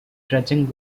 dredging